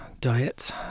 diet